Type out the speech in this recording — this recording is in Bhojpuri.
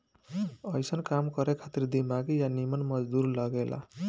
अइसन काम करे खातिर दिमागी आ निमन मजदूर लागे ला